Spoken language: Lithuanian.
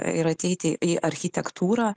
ir ateiti į architektūrą